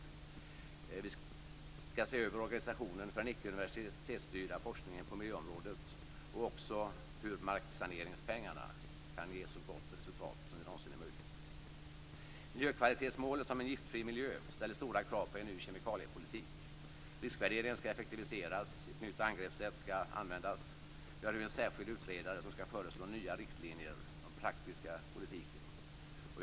Vi skall se över organisationen för den icke universitetsstyrda forskningen på miljöområdet och också hur marksaneringspengarna kan ge så gott resultat som det någonsin är möjligt. Miljökvalitetsmålet om en giftfri miljö ställer stora krav på en ny kemikaliepolitik. Riskvärderingen skall effektiviseras. Ett nytt angreppssätt skall användas. Vi har nu en särskild utredare som skall föreslå nya riktlinjer för den praktiska politiken.